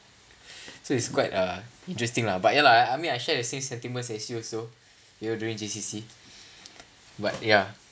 so it's quite uh interesting lah but ya lah I mean I share the same sentiments as you also you know during this J_C but ya